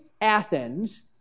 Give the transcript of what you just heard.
Athens